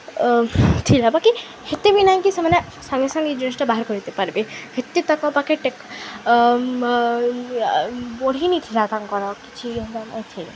ଥିଲା ବାକି ହେତେ ବି ନାଇଁ ସେମାନେ ସାଙ୍ଗେ ସାଙ୍ଗ ଇ ଜିନିଷ୍ଟା ବାହାର୍ କରିପାର୍ବେ ହେତେ ତାଙ୍କ ପାଖେ ବଢ଼ିନିଥିଲା ତାଙ୍କର ଆଉ କିଛି ବି ହେନ୍ତା ନି ଥାଇ